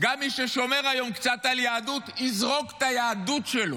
גם מי ששומר היום קצת על יהדות יזרוק את היהדות שלו.